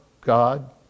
God